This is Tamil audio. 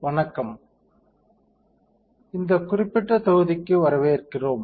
வணக்கம் இந்த குறிப்பிட்ட தொகுதிக்கு வரவேற்கிறோம்